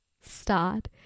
start